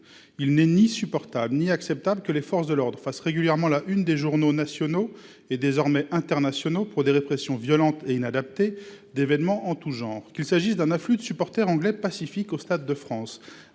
Il n'est ni supportable ni acceptable que les forces de l'ordre fassent régulièrement la « une » des journaux nationaux, et désormais internationaux, du fait de la répression violente et inadaptée d'événements en tous genres. Qu'il s'agisse d'un afflux de supporters anglais pacifiques au Stade de France,